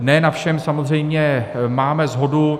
Ne na všem samozřejmě máme shodu.